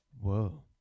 Whoa